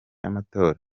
y’amatora